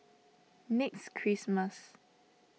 next Christmas